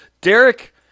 Derek